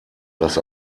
das